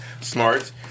Smart